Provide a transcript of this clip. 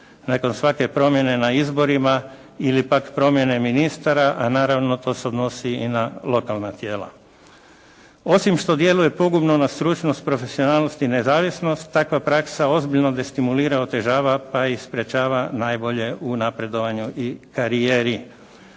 nakon svake promjene na izborima ili pak promjene ministara a naravno to se odnosi i na lokalna tijela. Osim što djeluje pogubno na stručnost, profesionalnost i nezavisnost takva praksa ozbiljno destimulira, otežava pa i sprečavanja najbolje u napredovanju i karijeri.